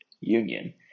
union